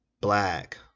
black